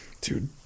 Dude